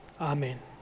Amen